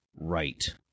right